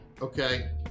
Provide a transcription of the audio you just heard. okay